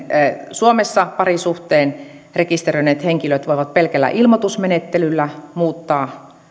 suomessa parisuhteen rekisteröineet henkilöt voivat pelkällä ilmoitusmenettelyllä muuttaa